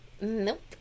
Nope